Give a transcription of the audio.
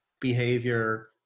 behavior